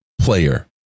player